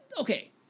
okay